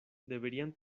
deberían